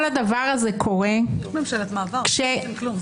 כל הדבר הזה קורה --- יש ממשלת מעבר שלא עושים כלום,